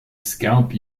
scalp